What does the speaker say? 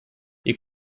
ihr